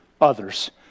others